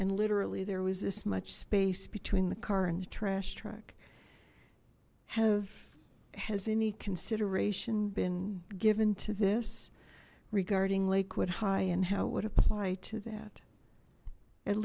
and literally there was this much space between the car and the trash truck have has any consideration been given to this regarding lakewood high and how it would apply to that at